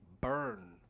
burn